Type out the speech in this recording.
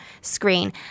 screen